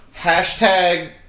Hashtag